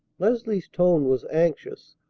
lesley's tone was anxious,